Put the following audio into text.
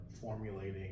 formulating